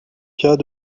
cas